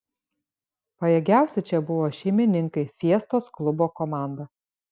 pajėgiausi čia buvo šeimininkai fiestos klubo komanda